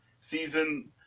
season